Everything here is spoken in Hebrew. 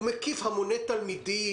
הוא מקיף המוני תלמידים.